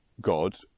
God